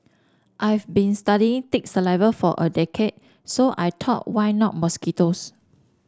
I've been studying tick saliva for a decade so I thought why not mosquitoes